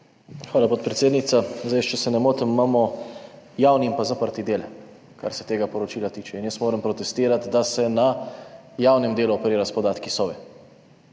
Hvala, podpredsednica. Če se ne motim, imamo javni in zaprti del, kar se tega poročila tiče, in jaz moram protestirati, da se na javnem delu operira s podatki Sove.